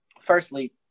Firstly